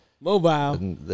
mobile